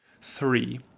three